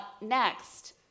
Next